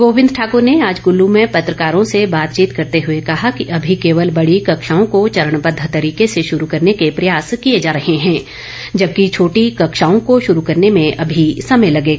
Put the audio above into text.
गोविंद ठाकर ने आज कल्ल में पत्रकारों से बातचीत करते हुए कहा कि अभी केवल बेंडी कक्षाओं को चरणबद्व तरीके से शुरू करने के प्रयास किए जा रहे हैं जबकि छोटी कक्षाओं को शुरू करने में अभी समय लगेगा